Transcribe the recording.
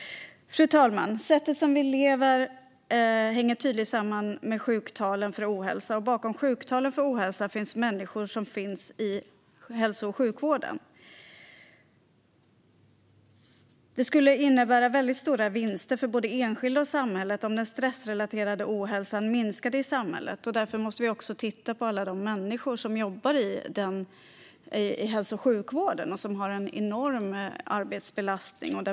Fru talman! Sättet på vilket vi lever hänger tydligt samman med sjuktalen för ohälsa. Bakom sjuktalen finns människor inom hälso och sjukvården. Det skulle innebära stora vinster för både enskilda och samhället om den stressrelaterade ohälsan minskade i samhället. Därför måste vi också titta på alla som jobbar i hälso och sjukvården. De har en enorm arbetsbelastning.